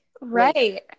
Right